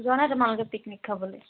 যোৱা নাই তোমালোকে পিকনিক খাবলৈ